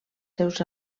seus